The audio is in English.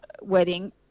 wedding